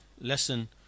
lesson